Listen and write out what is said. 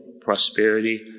prosperity